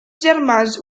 germans